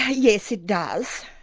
ah yes it does,